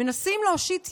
מנסים להושיט יד,